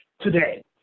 today